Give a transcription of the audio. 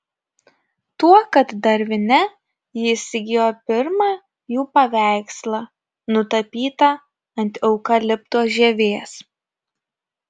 tuokart darvine ji įsigijo pirmą jų paveikslą nutapytą ant eukalipto žievės